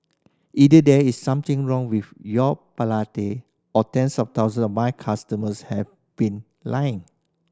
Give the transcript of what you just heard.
either there is something wrong with your palate or tens of thousands of my customers have been lying